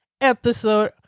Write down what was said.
episode